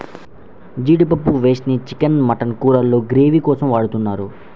జీడిపప్పు పేస్ట్ ని chicken, mutton కూరల్లో గ్రేవీ కోసం వాడుతున్నారు